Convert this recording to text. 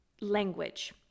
language